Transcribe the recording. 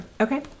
okay